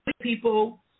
people